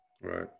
Right